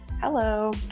hello